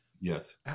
Yes